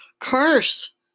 curse